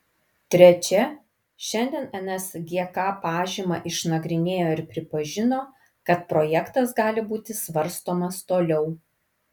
trečia šiandien nsgk pažymą išnagrinėjo ir pripažino kad projektas gali būti svarstomas toliau